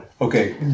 Okay